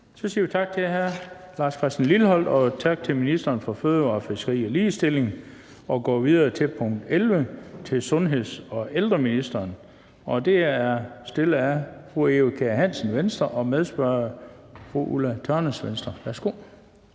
Så siger vi tak til hr. Lars Christian Lilleholt og tak til ministeren for fødevarer, fiskeri og ligestilling. Vi går videre til punkt 11, som er spørgsmål til sundheds- og ældreministeren. Det er stillet af fru Eva Kjer Hansen, Venstre, og medspørger fru Ulla Tørnæs, Venstre. Kl.